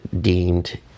deemed